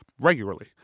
regularly